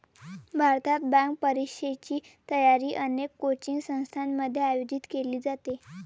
भारतात, बँक परीक्षेची तयारी अनेक कोचिंग संस्थांमध्ये आयोजित केली जाते